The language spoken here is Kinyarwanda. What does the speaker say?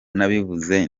nabivuze